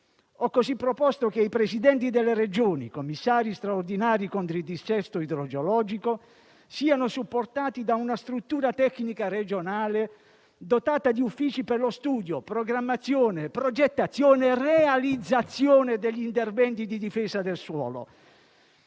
Ho così proposto che i Presidenti delle Regioni e i commissari straordinari contro il dissesto idrogeologico siano supportati da una struttura tecnica regionale dotata di uffici per lo studio, la programmazione, la progettazione e la realizzazione degli interventi di difesa del suolo.